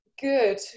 Good